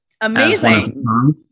Amazing